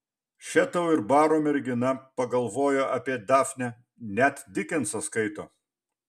še tau ir baro mergina pagalvojo apie dafnę net dikensą skaito